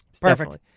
Perfect